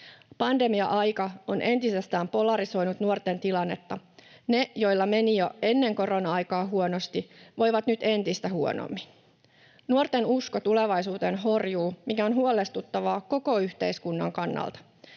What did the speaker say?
Pandemia-aika on entisestään polarisoinut nuorten tilannetta: ne, joilla meni jo ennen korona-aikaa huonosti, voivat nyt entistä huonommin. Nuorten usko tulevaisuuteen horjuu, mikä on huolestuttavaa koko yhteiskunnan kannalta.